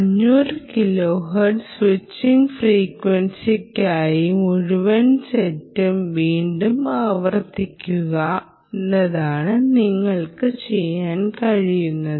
500 kilohertz switching ഫ്രീക്വൻസിക്കായി മുഴുവൻ സെറ്റും വീണ്ടും ആവർത്തിക്കുക എന്നതാണ് നിങ്ങൾക്ക് ചെയ്യാൻ കഴിയുന്നത്